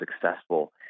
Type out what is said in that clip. successful